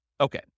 Okay